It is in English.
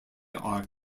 are